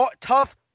tough